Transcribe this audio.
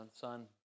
son